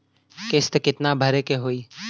किस्त कितना भरे के होइ?